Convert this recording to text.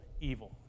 evil